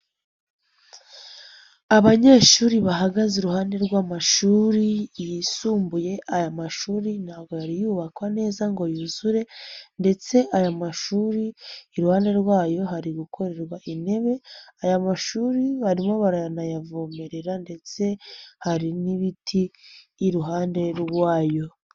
Abanyeshuri bahagaze iruhande rw'amashuri yisumbuye, aya mashuri ntabwo yari yubakwa neza ngo yuzure ndetse aya mashuri iruhande rwayo hari gukorerwa intebe, aya mashuri barimo baranayavomerera ndetse hari n'ibiti iruhande rw'iwayo.